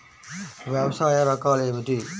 వ్యవసాయ రకాలు ఏమిటి?